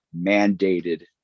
mandated